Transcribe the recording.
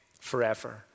forever